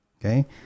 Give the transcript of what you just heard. Okay